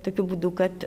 tokiu būdu kad